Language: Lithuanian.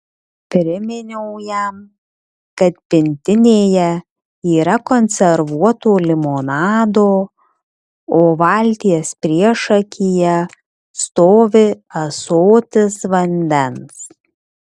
priminiau jam kad pintinėje yra konservuoto limonado o valties priešakyje stovi ąsotis vandens